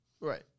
Right